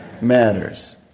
matters